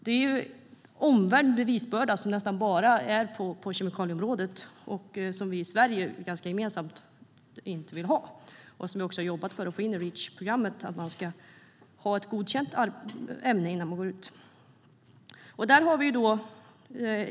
Det är en omvänd bevisbörda som nästan bara finns på kemikalieområdet och som vi ganska gemensamt i Sverige inte vill ha. Vi har också jobbat för att få in i Reachprogrammet att ett ämne ska vara godkänt innan det släpps ut.